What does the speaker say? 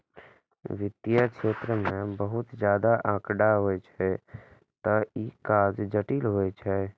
वित्तीय क्षेत्र मे बहुत ज्यादा आंकड़ा होइ छै, तें ई काज जटिल होइ छै